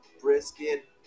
brisket